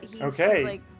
Okay